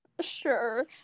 Sure